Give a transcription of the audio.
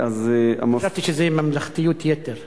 חשבתי שזו ממלכתיות-יתר.